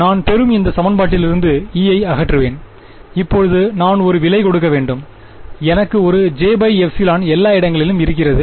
நான் பெறும் இந்த சமன்பாட்டிலிருந்து E ஐ அகற்றுவேன் இப்போது நான் ஒரு விலை கொடுக்க வேண்டும் எனக்கு ஒரு j ε எல்லா இடங்களிலும் இருக்கிறது